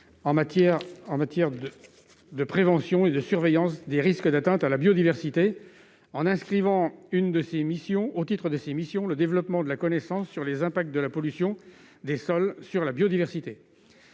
en matière de prévention et de surveillance des risques d'atteinte à la biodiversité en inscrivant au titre de ses missions le développement de la connaissance relative aux impacts de la pollution des sols sur la biodiversité.